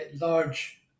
large